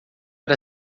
era